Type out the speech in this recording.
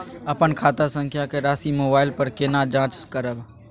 अपन खाता संख्या के राशि मोबाइल पर केना जाँच करब?